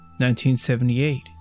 1978